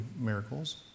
miracles